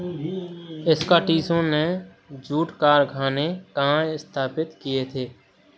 स्कॉटिशों ने जूट कारखाने कहाँ स्थापित किए थे?